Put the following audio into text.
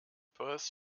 perth